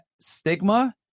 stigma